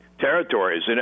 territories